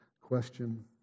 question